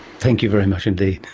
thank you very much indeed.